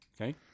Okay